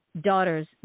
daughter's